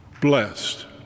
blessed